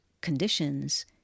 conditions